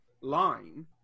line